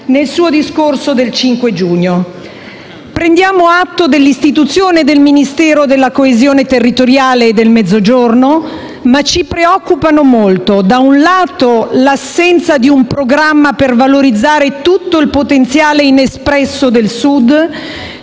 nel suo discorso del 5 giugno. Prendiamo atto dell'istituzione del Ministero della coesione territoriale e del Mezzogiorno, ma ci preoccupano molto, da un lato, l'assenza di un programma per valorizzare tutto il potenziale inespresso del Sud,